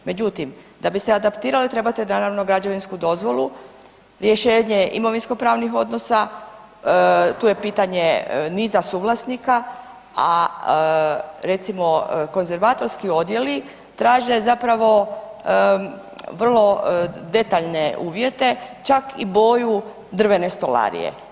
Međutim, da bi se adaptirale, trebate, naravno, građevinsku dozvolu, rješenje imovinsko-pravnih odnosa, tu je pitanje niza suvlasnika, a recimo, konzervatorski odjeli traže zapravo vrlo detaljne uvjete, čak i boju drvene stolarije.